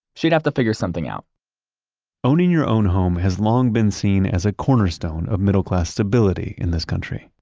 she'd have to figure something out owning your own home has long been seen as a cornerstone of middle-class stability in this country.